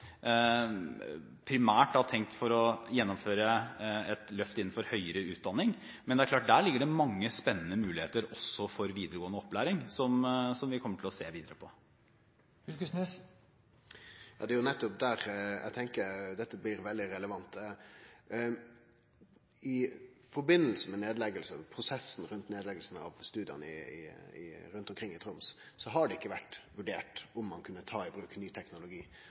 primært tenkt brukt for å gjennomføre et løft innenfor høyere utdanning. Men der ligger det mange spennende muligheter, også for videregående opplæring, som vi kommer til å se videre på. Det er nettopp der eg tenkjer at dette blir veldig relevant. I prosessen rundt nedlegging av studia rundt omkring i Troms har det ikkje vore vurdert om ein kunne ta i bruk ny teknologi.